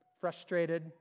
frustrated